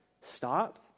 stop